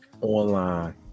online